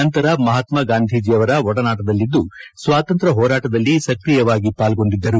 ನಂತರ ಮಹಾತ್ಮ ಗಾಂಧೀಜಿಯವರ ಒಡನಾಟದಲ್ಲಿದ್ದು ಸ್ವಾತಂತ್ರ ಹೋರಾಟದಲ್ಲಿ ಸಕ್ರಿಯವಾಗಿ ಪಾಲ್ಗೊಂಡಿದ್ದರು